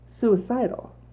suicidal